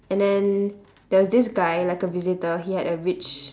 and then there's this guy like a visitor he had a rich